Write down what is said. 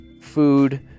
food